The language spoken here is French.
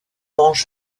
branche